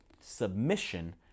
submission